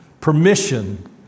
permission